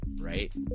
right